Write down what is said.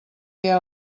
què